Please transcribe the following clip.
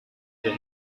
ihr